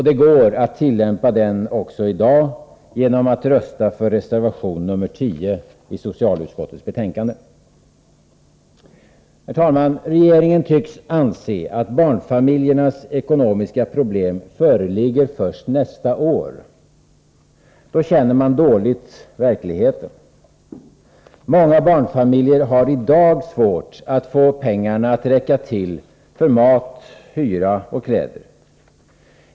Det går att tillämpa den också i dag genom att rösta på reservation nr 10 i socialutskottets betänkande. Herr talman! Regeringen tycks anse, att barnfamiljernas ekonomiska problem föreligger först nästa år. Då känner man dåligt verkligheten. Många barnfamiljer har i dag svårt att få pengarna att räcka till för mat, hyra och kläder.